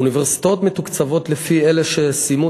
האוניברסיטאות מתוקצבות לפי אלה שסיימו